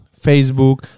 Facebook